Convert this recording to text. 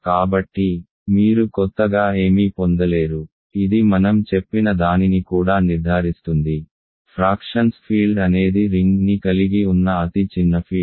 కాబట్టి మీరు కొత్తగా ఏమీ పొందలేరు ఇది మనం చెప్పిన దానిని కూడా నిర్ధారిస్తుంది ఫ్రాక్షన్స్ ఫీల్డ్ అనేది రింగ్ని కలిగి ఉన్న అతి చిన్న ఫీల్డ్